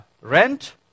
rent